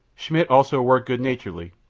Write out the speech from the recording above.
schmidt also worked good-naturedly,